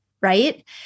Right